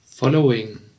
following